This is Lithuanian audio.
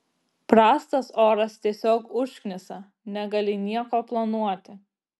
prastas oras tiesiog užknisa negali nieko planuoti